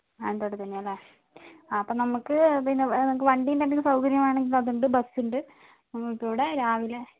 മാനന്തവാടിയിൽ തന്നെയാണോ അല്ലേ ആ അപ്പം നമുക്ക് പിന്നെ നിങ്ങൾക്ക് വണ്ടിയിൻ്റെ എന്തെങ്കിലും സൗകര്യം വേണമെങ്കിൽ അതുണ്ട് ബസ്സുണ്ട് നമുക്കിവിടെ രാവിലെ